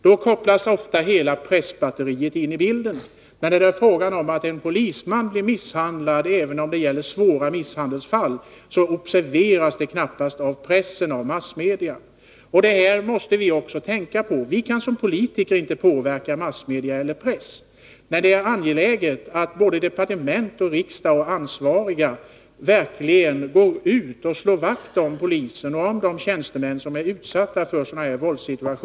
Då kopplas ofta hela pressbatteriet in, men om en polisman blir misshandlad — även om det gäller svåra misshandelsfall — observeras det knappast av pressen och andra massmedier. Det här måste vi tänka på. Vi kan som politiker inte påverka massmedierna, men det är angeläget att departement, riksdag och övriga ansvariga slår vakt om polisen och om de tjänstemän som är utsatta för våldssituationer av det här slaget.